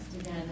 again